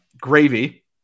gravy